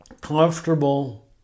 comfortable